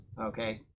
okay